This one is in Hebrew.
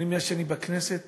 מאז שאני בכנסת